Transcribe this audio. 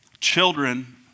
children